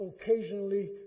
occasionally